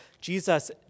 Jesus